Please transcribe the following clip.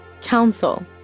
Council